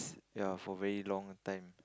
ya for very long time